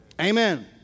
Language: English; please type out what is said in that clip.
Amen